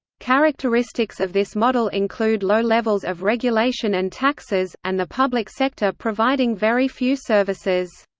characteristics of this model include low levels of regulation and taxes, and the public sector providing very few services.